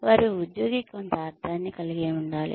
వారు ఉద్యోగికి కొంత అర్ధాన్ని కలిగి ఉండాలి